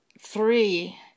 three